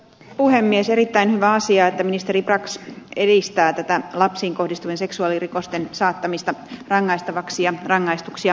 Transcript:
on erittäin hyvä asia että ministeri brax edistää lapsiin kohdistuvien seksuaalirikosten saattamista rangaistavaksi ja rangaistuksia kiristetään